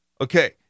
Okay